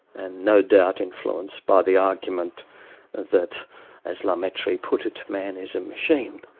and no doubt influenced by the argument that as la mettrie put it, man is a machine.